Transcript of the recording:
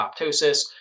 apoptosis